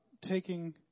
taking